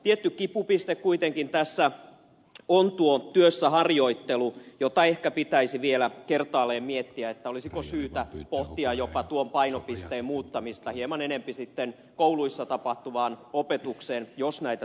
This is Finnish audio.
tietty kipupiste kuitenkin tässä on tuo työssä harjoittelu jota ehkä pitäisi vielä kertaalleen miettiä olisiko syytä pohtia jopa tuon painopisteen muuttamista hieman enempi sitten kouluissa tapahtuvaan opetukseen jos näitä työharjoittelupaikkoja ei saada